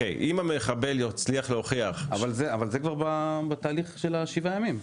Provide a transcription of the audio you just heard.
אם המחבל יצליח להוכיח --- זה כבר בתהליך של שבעת הימים.